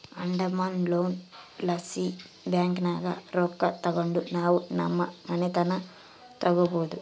ಅಡಮಾನ ಲೋನ್ ಲಾಸಿ ಬ್ಯಾಂಕಿನಾಗ ರೊಕ್ಕ ತಗಂಡು ನಾವು ನಮ್ ಮನೇನ ತಗಬೋದು